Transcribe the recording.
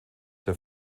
der